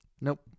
Nope